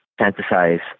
fantasize